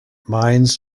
mines